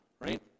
right